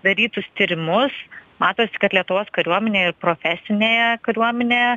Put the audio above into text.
darytus tyrimus matosi kad lietuvos kariuomenėj ir profesinėje kariuomenėje